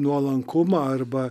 nuolankumą arba